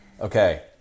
Okay